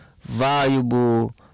valuable